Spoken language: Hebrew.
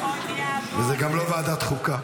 וזו גם לא ועדת החוקה.